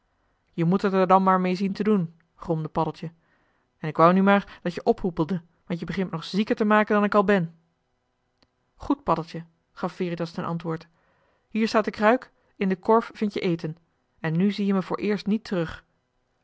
je moet het er dan maar mee zien te doen gromde paddeltje en ik wou nu maar dat je ophoepelde want je begint me nog zieker te maken dan ik al ben goed paddeltje gaf veritas ten antwoord hier staat de kruik in den korf vind-je eten en nu zie-je me vooreerst niet terug